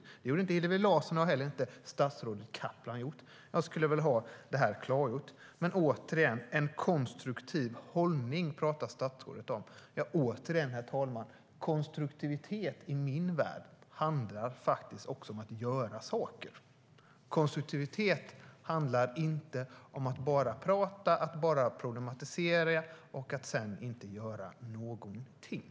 Det gjorde inte Hillevi Larsson och inte heller statsrådet Kaplan. Jag skulle vilja ha detta klargjort. Statsrådet talar om en konstruktiv hållning. Konstruktivitet i min värld handlar faktiskt också om att göra saker. Konstruktivitet handlar inte om att bara tala och problematisera och sedan inte göra någonting.